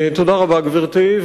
תודה רבה, גברתי.